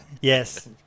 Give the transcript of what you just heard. yes